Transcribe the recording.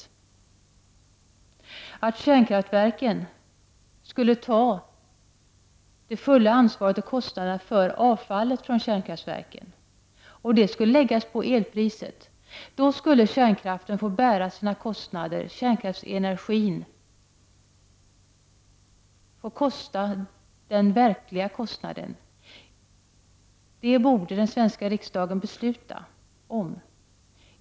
Tänk om kärnkraftsbolagen skulle ta det fulla ansvaret för kostnaderna för avfallet från kärnkraftverken och att dessa kostnader skulle läggas på elpriset. Om detta vore fallet skulle kärnkraftbolagen få bära sina kostnader, och kärnkraftsbolagen skulle få ta ut den verkliga kostnaden för kärnenergin. Det borde den svenska riksdagen fatta beslut om.